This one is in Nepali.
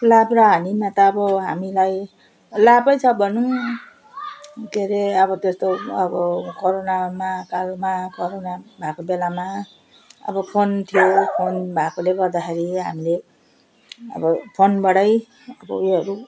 लाभ र हानिमा त अब हामीलाई लाभै छ भनौँ के अरे अब त्यस्तो अब कोरोनामा कालमा कोरोना भएको बेलामा अब फोन थियो फोन भएकोले गर्दाखेरि हामीले अब फोनबाटै अब उयोहरू